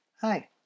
hi